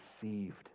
deceived